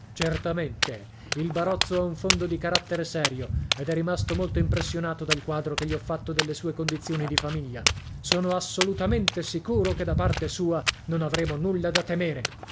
certamente il barozzo ha un fondo di carattere serio ed è rimasto molto impressionato dal quadro che gli ho fatto delle sue condizioni di famiglia sono assolutamente sicuro che da parte sua non avremo nulla da temere